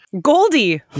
Goldie